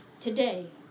today